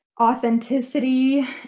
authenticity